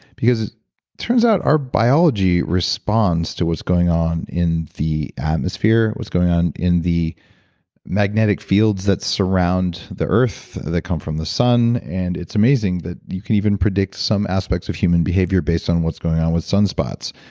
because, it turns out biology responds to what's going on in the atmosphere, what's going on in the magnetic fields that surround the earth, that come from the sun. and it's amazing that you can even predict some aspects of human behavior based on what's going on with sunspots.